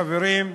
חברים,